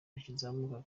bakizamuka